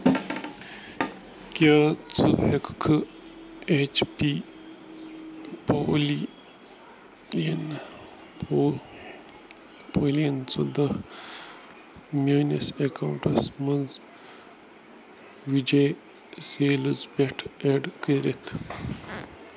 کیٛاہ ژٕ ہٮ۪کہٕ کھہٕ اٮ۪چ پی پولی یِنہٕ پو پولیٖن ژۄداہ میٛٲنِس اٮ۪کاوُنٛٹَس منٛز وِجے سیلٕز پٮ۪ٹھٕ اٮ۪ڈ کٔرِتھ